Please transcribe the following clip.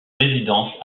résidence